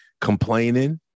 complaining